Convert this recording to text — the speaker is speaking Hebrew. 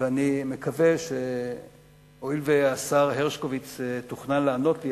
ואני מקווה שהואיל והשר הרשקוביץ תוכנן לענות לי,